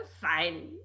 fine